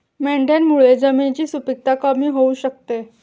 मेंढ्यांमुळे जमिनीची सुपीकता कमी होऊ शकते